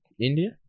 India